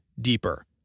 deeper